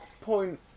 point